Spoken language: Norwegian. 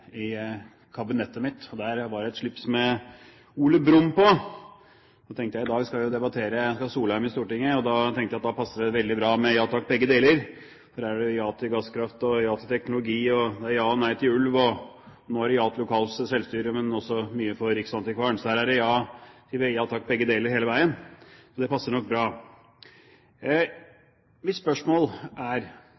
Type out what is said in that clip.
i kabinettet mitt, og der var det et slips med Ole Brumm på. Så tenkte jeg at i dag skal jeg jo debattere med Solheim i Stortinget, og da passer det veldig bra med «ja takk, begge deler» – for her er det ja til gasskraft og ja til teknologi, og ja og nei til ulv, og nå er det ja til lokalt selvstyre, men også mye for riksantikvaren, så her er det «ja takk, begge deler» hele veien. Så det passer nok bra.